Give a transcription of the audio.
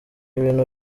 ibintu